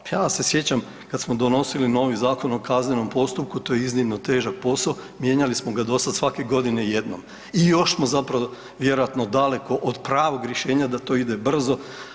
Ja se sjećam kad smo donosili novi Zakon o kaznenom postupku, to je iznimno težak posao, mijenjali smo ga dosada svake godine jednom i još smo zapravo vjerojatno daleko od pravog rješenja da to ide brzo.